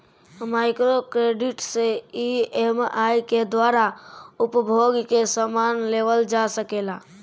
micro credit से EMI के द्वारा उपभोग के समान लेवल जा सकेला